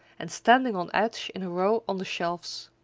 and standing on edge in a row on the shelves.